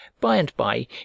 By-and-by